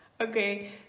Okay